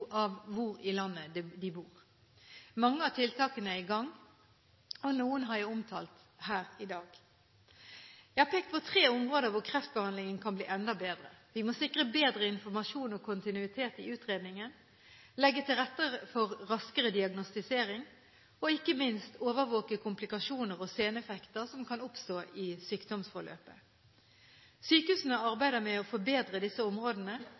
av hvor i landet de bor. Mange av tiltakene er i gang, og noen har jeg omtalt her i dag. Jeg har pekt på tre områder hvor kreftbehandlingen kan bli enda bedre. Vi må sikre bedre informasjon og kontinuitet i utredningen, legge til rette for raskere diagnostisering og – ikke minst – overvåke komplikasjoner og seneffekter som kan oppstå i sykdomsforløpet. Sykehusene arbeider med å forbedre disse områdene